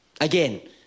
Again